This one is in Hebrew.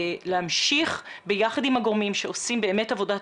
להמשיך ביחד עם הגורמים שעושים באמת עבודת